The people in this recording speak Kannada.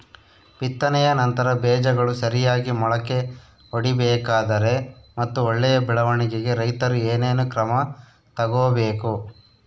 ಬಿತ್ತನೆಯ ನಂತರ ಬೇಜಗಳು ಸರಿಯಾಗಿ ಮೊಳಕೆ ಒಡಿಬೇಕಾದರೆ ಮತ್ತು ಒಳ್ಳೆಯ ಬೆಳವಣಿಗೆಗೆ ರೈತರು ಏನೇನು ಕ್ರಮ ತಗೋಬೇಕು?